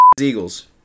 Eagles